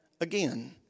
again